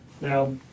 Now